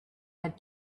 had